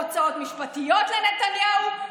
הוצאות משפטיות לנתניהו.